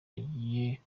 agiye